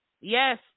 Yes